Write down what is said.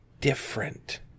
different